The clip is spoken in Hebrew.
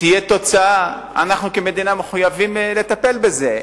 תהיה תוצאה, אנחנו כמדינה מחויבים לטפל בזה.